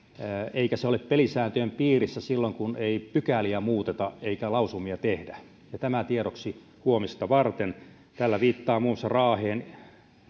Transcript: eikä se ole pelisääntöjen piirissä silloin kun ei pykäliä muuteta eikä lausumia tehdä tämä tiedoksi huomista varten tällä viittaan muun muassa raahen